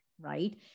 right